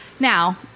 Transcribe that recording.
Now